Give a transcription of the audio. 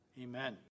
Amen